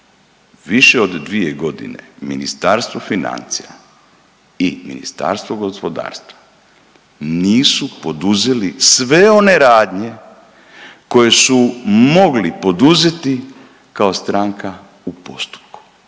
Više od dvije godine Ministarstvo financija i Ministarstvo gospodarstva nisu poduzeli sve one radnje koje su mogli poduzeti kao stranka u postupku